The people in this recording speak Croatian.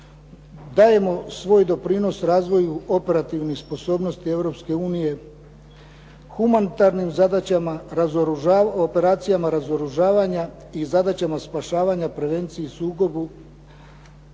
dajemo svoj doprinos razvoju operativnih sposobnosti Europske unije humanitarnim zadaćama, operacijama razoružavanja i zadaćama spašavanja, prevenciji sukoba,